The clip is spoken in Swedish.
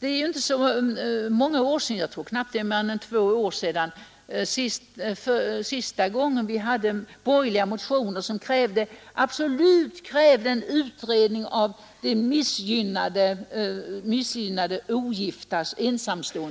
Jag tror det är knappt två år sedan vi senast hade borgerliga motioner i vilka man absolut krävde en utredning om de ensamståendes missgynnade